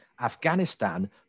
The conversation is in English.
Afghanistan